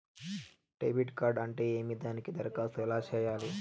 debit card అంటే ఏమి దానికి దరఖాస్తు ఎలా సేయాలి